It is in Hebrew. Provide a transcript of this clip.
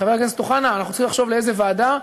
חבר הכנסת אוחנה, אנחנו צריכים לחשוב לאיזה ועדה,